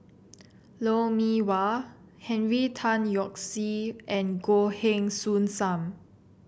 Lou Mee Wah Henry Tan Yoke See and Goh Heng Soon Sam